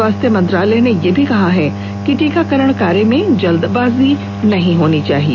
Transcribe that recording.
स्वास्थ्य मंत्रालय ने यह भी कहा है कि टीकाकरण कार्य में जल्दबाजी नहीं होनी चाहिए